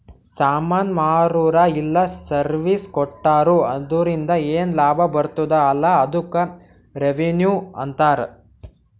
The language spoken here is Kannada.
ಸಾಮಾನ್ ಮಾರುರ ಇಲ್ಲ ಸರ್ವೀಸ್ ಕೊಟ್ಟೂರು ಅದುರಿಂದ ಏನ್ ಲಾಭ ಬರ್ತುದ ಅಲಾ ಅದ್ದುಕ್ ರೆವೆನ್ಯೂ ಅಂತಾರ